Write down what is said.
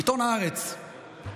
עיתון הארץ,